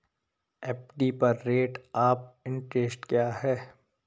FD पर rate of interest क्या है?